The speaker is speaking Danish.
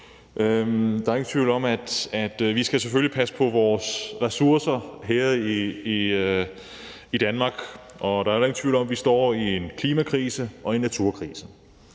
Der er ingen tvivl om, at vi selvfølgelig skal passe på vores ressourcer her i Danmark, og der er heller ingen tvivl om, at vi står i en klimakrise og i en naturkrise.